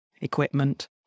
equipment